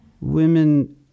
women